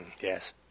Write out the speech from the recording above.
Yes